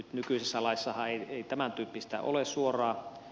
nykyisessä laissahan ei tämäntyyppistä ole suoraan